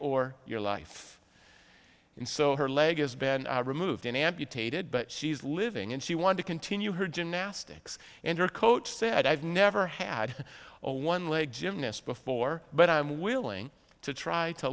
or your life and so her leg has been removed and amputated but she's living and she wanted to continue her gymnastics and her coach said i've never had a one legged gymnast before but i'm willing to try to